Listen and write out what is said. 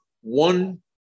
One